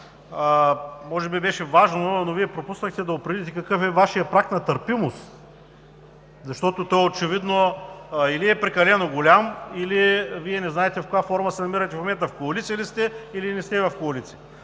може би беше важно, но пропуснахте да определите какъв е Вашият праг на търпимост. Той очевидно или е прекалено голям, или Вие не знаете в каква форма се намирате в момента – в коалиция ли сте, или не сте, защото